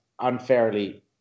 unfairly